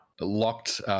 locked